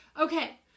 Okay